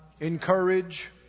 Encourage